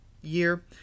year